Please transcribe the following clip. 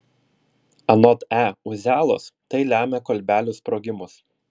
anot e uzialos tai lemia kolbelių sprogimus